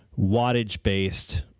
wattage-based